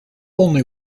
only